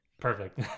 perfect